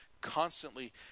constantly